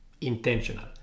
intentional